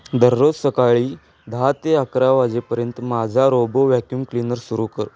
दररोज सकाळी दहा ते अकरा वाजेपर्यंत माझा रोबो व्हॅक्युम क्लीनर सुरू कर